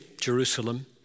Jerusalem